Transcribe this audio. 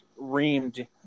reamed